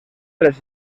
tres